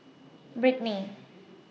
Brittnie